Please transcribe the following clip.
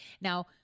Now